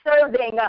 serving